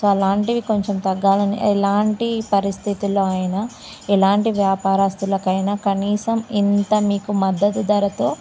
so అలాంటివి కొంచెం తగ్గాలి అని ఎలాంటి పరిస్థితులలో అయినా ఎలాంటి వ్యాపారస్తులకు అయినా కనీసం ఇంత మీకు మద్దతు ధరతో